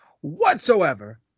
whatsoever